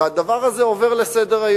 ועל הדבר הזה עוברים לסדר-היום,